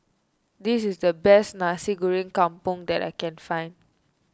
this is the best Nasi Goreng Kampung that I can find